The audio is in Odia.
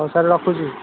ହଉ ସାର୍ ରଖୁଛି